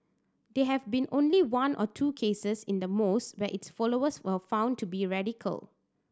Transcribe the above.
there have been only one or two cases in the most where its followers were found to be radical